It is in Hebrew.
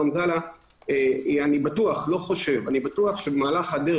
אני לא רואה דו"ח כזה.